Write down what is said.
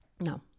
No